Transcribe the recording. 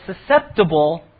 susceptible